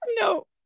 no